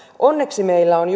onneksi meillä on